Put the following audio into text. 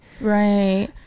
Right